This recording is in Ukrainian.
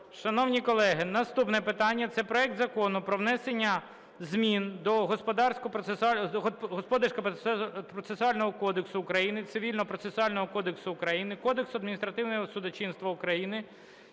про прийняття за основу проекту Закону про внесення змін до Господарського процесуального кодексу України, Цивільного процесуального кодексу України, Кодексу адміністративного судочинства України